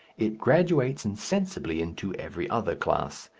it graduates insensibly into every other class,